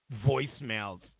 voicemails